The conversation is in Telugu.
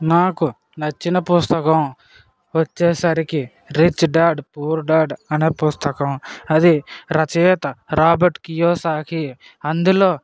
నాకు నచ్చిన పుస్తకం వచ్చేసరికి రిచ్ డాడ్ పూర్ డాడ్ అనే పుస్తకం అది రచయిత రాబర్ట్ కియోసాకి అందులో